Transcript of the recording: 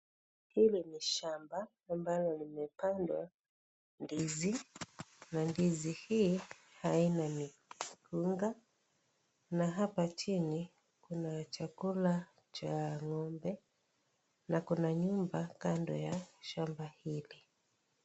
Hili ni shamba amablo limepandwa ndizi na ndizi hii aina ni kunga na hapa chini kuna chakula cha ngombe na kuna nyumba kando ya shamba hili.